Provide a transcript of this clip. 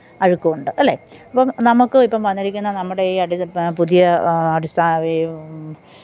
അഴുക്കുമുണ്ട് അല്ലേ അപ്പം നമുക്ക് ഇപ്പം വന്നിരിക്കുന്ന നമ്മുടെ ഈ അടി പ പുതിയ അടിസ്താ ഈ